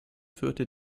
führte